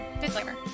Disclaimer